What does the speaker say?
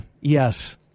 yes